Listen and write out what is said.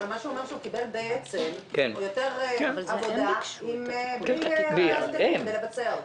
אבל הוא אומר שהוא בעצם קיבל יותר עבודה בלי כלים כדי לבצע אותה.